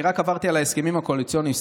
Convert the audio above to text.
אני רק עברתי על ההסכמים הקואליציוניים,